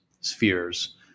spheres